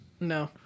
No